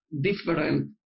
different